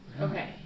Okay